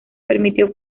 permitió